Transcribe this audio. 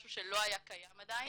משהו שלא היה קיים עדיין,